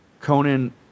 Conan